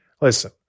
listen